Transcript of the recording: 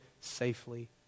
safely